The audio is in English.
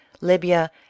Libya